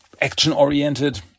action-oriented